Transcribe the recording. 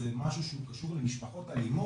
זה משהו שהוא קשור למשפחות אלימות.